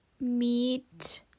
meet